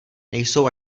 nejsou